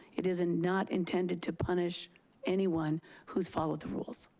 it is not intended to punish anyone who's followed the rules.